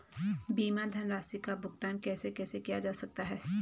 बीमा धनराशि का भुगतान कैसे कैसे किया जा सकता है?